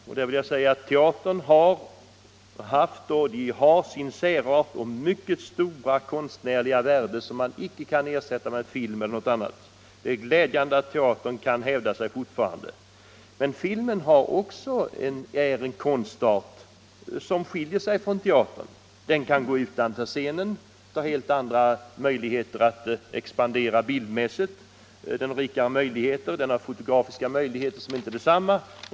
Jag vill säga att teatern har sin särart och sitt mycket stora konstnärliga värde och att den inte kan ersättas med film eller något annat. Det är glädjande att teatern kan hävda sig fortfarande. Men filmen är också en konstart och skiljer sig från teatern. Filmen kan gå utanför scenen, den har helt andra möjligheter att expandera bildmässigt, och den har sina fotografiska möjligheter.